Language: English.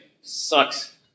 sucks